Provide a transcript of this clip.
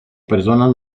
personas